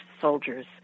soldiers